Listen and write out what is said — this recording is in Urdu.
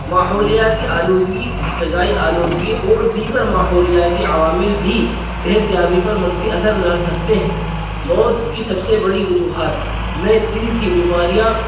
ماحولیاتی آلودغی فضائی آلودغی اور دیگر ماحولیاتی عوامل بھی صحتیابی پر منفی اثر سکتے ہیں موت کی سب سے بڑی وجوہات میں دل کی بیماریاں